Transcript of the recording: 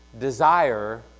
desire